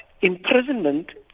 imprisonment